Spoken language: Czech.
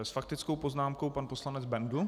S faktickou poznámkou pan poslanec Bendl.